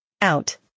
Out